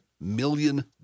million